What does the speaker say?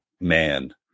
man